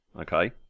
Okay